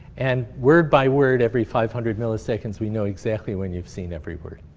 and word by word, every five hundred milliseconds, we know exactly when you've seen every word.